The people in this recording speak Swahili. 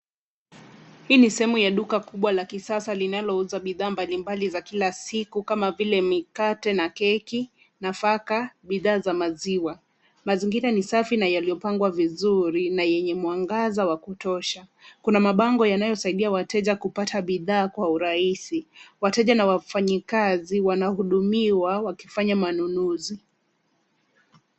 Hii ni sehemu ya duka kubwa la kisasa linalouza bidhaa mbali mbali za kila siku kama vile: mikate na keki, nafaka, bidhaa za maziwa. Mazingira ni safi na yaliyopangwa vizuri na yenye mwangaza wa kutosha. Kuna mabango yanayosaidia wateja kupata bidhaa kwa urahisi. Wateja na wafanyikazi wanahudumiwa wakifanya manunuzi.